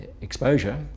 exposure